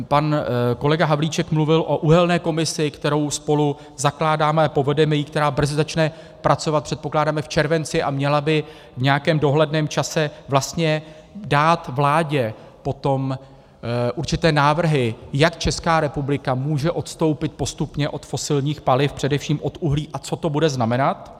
Pan kolega Havlíček mluvil o uhelné komisi, kterou spolu zakládáme a povedeme ji, která brzy začne pracovat, předpokládáme v červenci, a měla by v nějakém dohledném čase vlastně dát vládě potom určité návrhy, jak ČR může odstoupit postupně od fosilních paliv, především od uhlí, a co to bude znamenat.